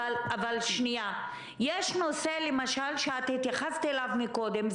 אבל יש נושא למשל שהתייחסת אליו קודם,